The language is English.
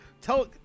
tell